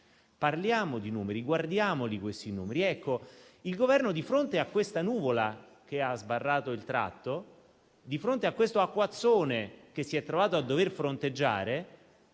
Parliamo di numeri, guardiamoli questi numeri. Il Governo, di fronte a questa nuvola che ha sbarrato il passo, di fronte a questo acquazzone che si è trovato a dover fronteggiare